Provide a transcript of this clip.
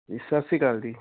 ਜੀ ਸਤਿ ਸ਼੍ਰੀ ਅਕਾਲ ਜੀ